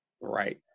right